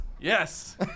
Yes